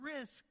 risk